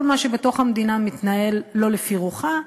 כל מה שבתוך המדינה שמתנהל לא לפי רוחה,